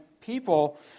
people